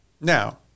Now